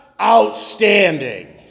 outstanding